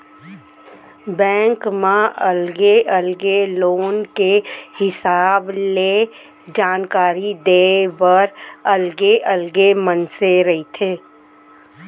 bank म अलगे अलगे लोन के हिसाब ले जानकारी देय बर अलगे अलगे मनसे रहिथे